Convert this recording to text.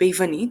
ביוונית,